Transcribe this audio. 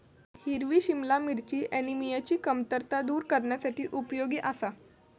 हिरवी सिमला मिरची ऍनिमियाची कमतरता दूर करण्यासाठी उपयोगी आसा